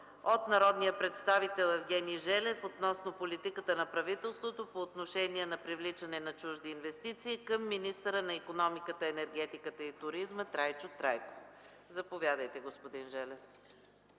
от народния представител Евгений Желев относно политиката на правителството по отношение на привличане на чужди инвестиции към министъра на икономиката, енергетиката и туризма Трайчо Трайков. Заповядайте, господин Желев.